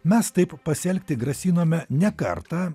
mes taip pasielgti grasinome ne kartą